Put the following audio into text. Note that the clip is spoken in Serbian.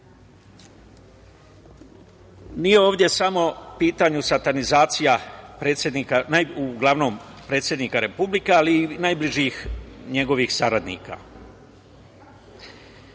ovde samo u pitanju satanizacija uglavnom predsednika Republike, ali i najbližih njegovih saradnika.